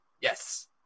Yes